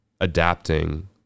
adapting